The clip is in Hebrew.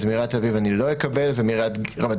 אז מעיריית תל אביב אני לא אקבל,